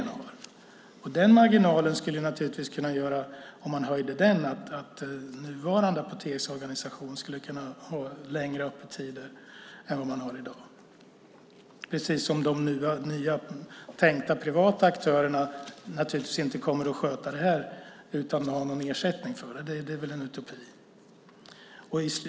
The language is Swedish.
Om man höjde marginalen skulle naturligtvis den nuvarande apoteksorganisationen kunna ha längre öppettider än vad man har i dag, precis som de nya, tänkta, privata aktörerna naturligtvis inte kommer att sköta det här utan att ha någon ersättning för det. Det är en utopi.